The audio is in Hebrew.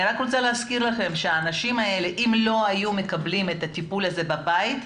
אני רוצה להזכיר לכם שאם האנשים האלה לא היו מקבלים את הטיפול בבית,